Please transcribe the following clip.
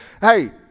hey